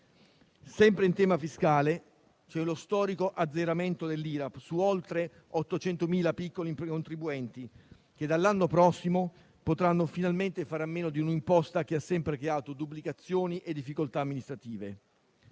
Sempre in tema fiscale, c'è lo storico azzeramento dell'IRAP su oltre 800.000 piccoli contribuenti, che dall'anno prossimo potranno finalmente fare a meno di un'imposta che ha sempre creato duplicazioni e difficoltà amministrative.